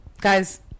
guys